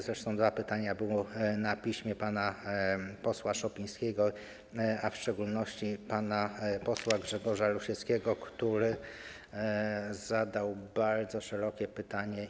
Zresztą dwa pytania były na piśmie: pana posła Szopińskiego, a w szczególności pana posła Grzegorza Rusieckiego, który zadał bardzo szerokie pytanie.